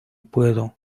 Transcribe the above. puedo